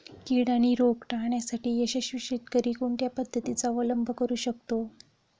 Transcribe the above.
कीड आणि रोग टाळण्यासाठी यशस्वी शेतकरी कोणत्या पद्धतींचा अवलंब करू शकतो?